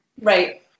Right